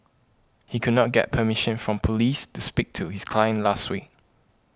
he could not get permission from police to speak to his client last week